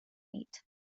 mate